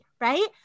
right